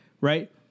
right